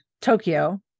Tokyo